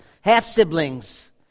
half-siblings